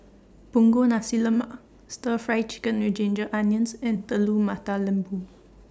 Punggol Nasi Lemak Stir Fry Chicken with Ginger Onions and Telur Mata Lembu